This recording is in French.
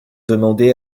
demandé